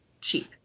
cheap